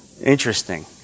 Interesting